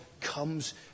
comes